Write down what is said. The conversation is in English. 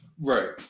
Right